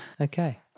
Okay